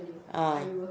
ah